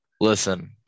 Listen